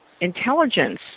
intelligence